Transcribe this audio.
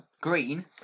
Green